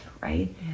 right